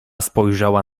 spojrzała